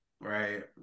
right